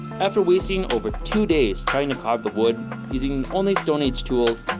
after wasting over two days trying to carve the wood using only stone age tools